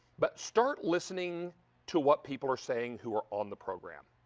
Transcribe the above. but start listening to what people are saying who are on the program.